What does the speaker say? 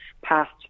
passed